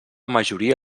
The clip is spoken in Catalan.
majoria